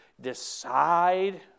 decide